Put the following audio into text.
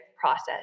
process